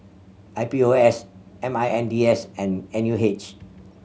I P O S M I N D S and N U H